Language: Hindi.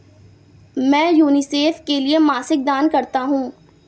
मैं यूनिसेफ के लिए मासिक दान करता हूं